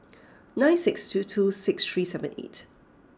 nine six two two six three seven eight